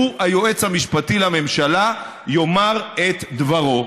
שהוא היועץ המשפטי לממשלה, יאמר את דברו.